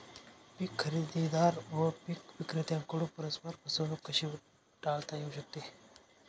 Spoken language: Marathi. पीक खरेदीदार व पीक विक्रेत्यांकडून परस्पर फसवणूक कशी टाळता येऊ शकते?